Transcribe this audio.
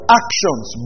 actions